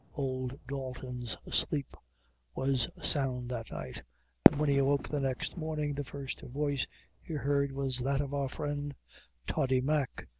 old dalton's sleep was sound that night and when he awoke the next morning the first voice he heard was that of our friend toddy mack,